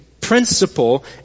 principle